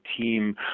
team